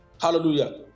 Hallelujah